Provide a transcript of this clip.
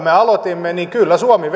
me aloitimme niin kyllä suomi